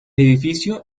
edificio